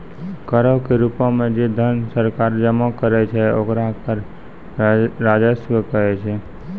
करो के रूपो मे जे धन सरकारें जमा करै छै ओकरा कर राजस्व कहै छै